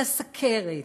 על הסוכרת,